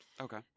Okay